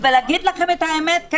משפט שייתנו את הדבר הנוסף אל מול הדבר